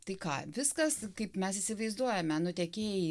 tai ką viskas kaip mes įsivaizduojame nutekėjai į